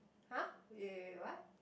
!huh! wait wait wait what